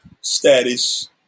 status